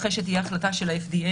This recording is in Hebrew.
אחרי שתהיה החלטה של ה-FDA,